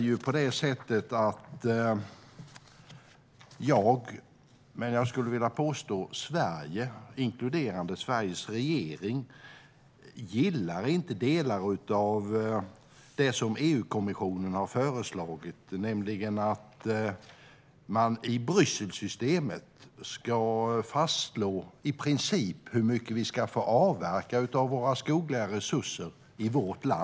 Jag - men även Sverige, inkluderande Sveriges regering, skulle jag vilja påstå - gillar inte delar av det som EU-kommissionen har föreslagit, nämligen att man i Brysselsystemet ska fastslå i princip hur mycket som vi ska få avverka av våra skogliga resurser i vårt land.